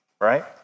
right